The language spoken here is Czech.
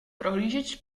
prohlížeč